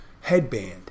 headband